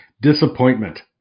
Disappointment